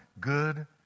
Good